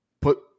put